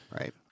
Right